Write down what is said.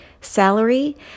salary